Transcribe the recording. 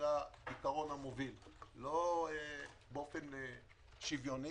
לא באופן שוויוני.